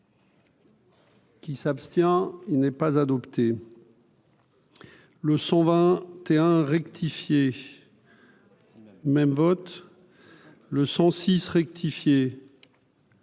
Qui s'abstient, il n'est pas adopté. Le son 21 même vote le 106 rectifié